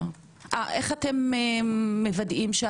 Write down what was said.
איך אתם מוודאים,